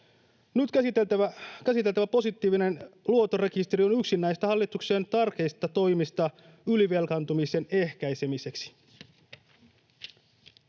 Nyt käsiteltävä positiivinen luottorekisteri on yksi näistä hallituksen tärkeistä toimista ylivelkaantumisen ehkäisemiseksi.